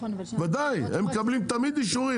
ודאי, הם מקבלים תמיד אישורים.